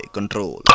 Control